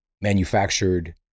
manufactured